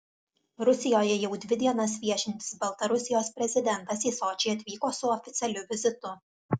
rusijoje jau dvi dienas viešintis baltarusijos prezidentas į sočį atvyko su oficialiu vizitu